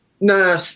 Nah